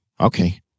Okay